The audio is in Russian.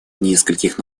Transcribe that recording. нескольких